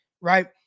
right